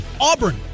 Auburn